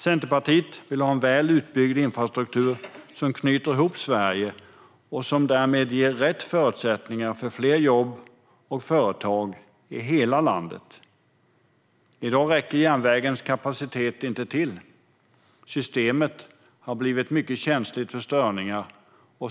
Centerpartiet vill ha en väl utbyggd infrastruktur som knyter ihop Sverige och som därmed ger rätt förutsättningar för fler jobb och företag i hela landet. I dag räcker järnvägens kapacitet inte till. Systemet har blivit mycket känsligt för störningar.